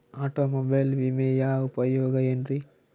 Automobile ವಿಮೆಯ ಉಪಯೋಗ ಏನ್ರೀ?